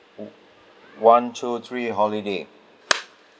one two three holiday